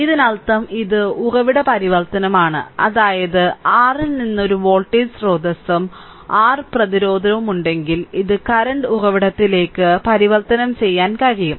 ഇതിനർത്ഥം ഇത് ഉറവിട പരിവർത്തനമാണ് അതായത് r ൽ നിന്ന് ഒരു വോൾട്ടേജ് സ്രോതസ്സും R പ്രതിരോധവും ഉണ്ടെങ്കിൽ ഇത് കറന്റ് ഉറവിടത്തിലേക്ക് പരിവർത്തനം ചെയ്യാൻ കഴിയും